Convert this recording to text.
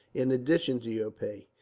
in addition to your pay.